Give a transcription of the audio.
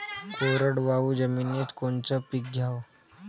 कोरडवाहू जमिनीत कोनचं पीक घ्याव?